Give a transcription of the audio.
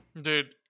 dude